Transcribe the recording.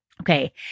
Okay